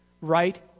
Right